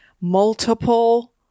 multiple